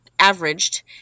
averaged